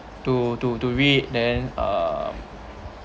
to to to read then um